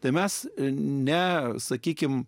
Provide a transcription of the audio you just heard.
tai mes ne sakykime